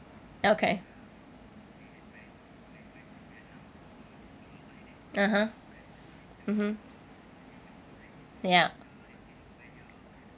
okay (uh huh) mmhmm ya